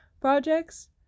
projects